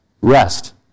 rest